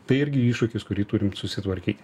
tai irgi iššūkis kurį turim susitvarkyti